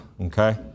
okay